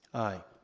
aye.